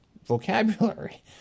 vocabulary